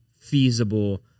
feasible